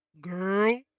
Girl